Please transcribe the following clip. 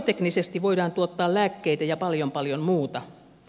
bioteknisesti voidaan tuottaa lääkkeitä ja paljon paljon muuta